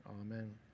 Amen